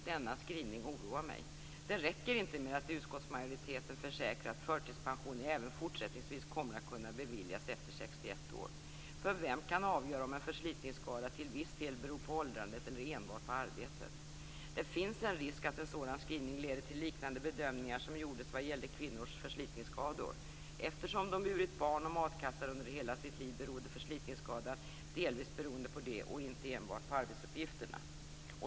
Denna skrivning oroar mig. Det räcker inte med att utskottsmajoriteten försäkrar att förtidspension även fortsättningsvis kommer att kunna beviljas efter 61 år. Vem kan avgöra om en förslitningsskada till viss del beror på åldrande eller enbart på arbete? Det finns en risk att en sådan skrivning leder till liknande bedömningar som gjordes vad gäller kvinnors förslitningsskador. Eftersom de burit barn och matkassar under hela sitt liv berodde förslitningsskadan delvis på det och inte enbart på arbetsuppgifterna.